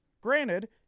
Granted